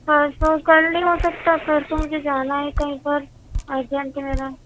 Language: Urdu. پرسوں کل نہیں ہوسکتا پرسوں مجھے جانا ہے کہیں پر ارجنٹ ہے میرا